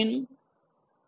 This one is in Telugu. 15